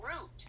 root